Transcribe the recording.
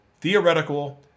theoretical